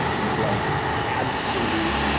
with like absolute,